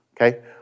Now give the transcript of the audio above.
okay